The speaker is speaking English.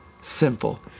simple